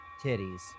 titties